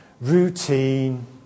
routine